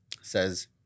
says